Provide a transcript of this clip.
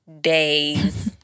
days—